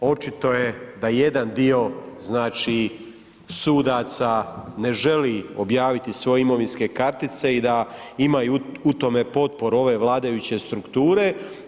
Očito je da jedan dio znači sudaca ne želi objaviti svoje imovinske kartice i da ima u tome potporu ove vladajuće strukture.